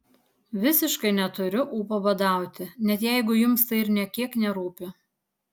visiškai neturiu ūpo badauti net jeigu jums tai ir nė kiek nerūpi